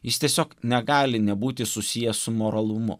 jis tiesiog negali nebūti susijęs su moralumu